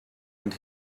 and